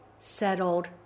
settled